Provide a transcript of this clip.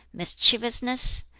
mischievousness,